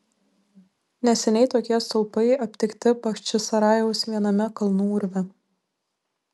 neseniai tokie stulpai aptikti bachčisarajaus viename kalnų urve